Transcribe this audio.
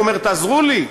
ואומר: תעזרו לי,